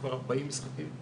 כבר ארבעים משחקים,